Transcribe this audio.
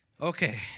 Okay